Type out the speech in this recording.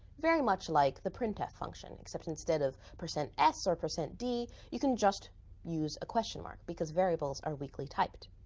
very much like the printf function, except instead of percent s or percent d, you can just use a question mark. because variables are weakly typed.